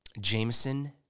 Jameson